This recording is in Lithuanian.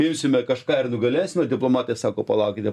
imsime kažką ir nugalėsime diplomatai sako palaukite